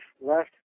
left